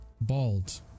bald